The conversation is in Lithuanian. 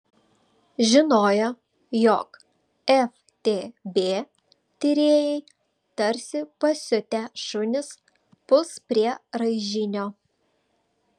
žinojo jog ftb tyrėjai tarsi pasiutę šunys puls prie raižinio